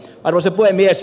arvoisa puhemies